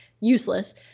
useless